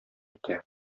итә